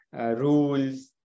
rules